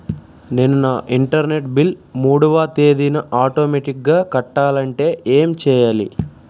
నేను నా internet bill మూడవ తేదీన ఆటోమేటిగ్గా కట్టాలంటే ఏం చేయాలి?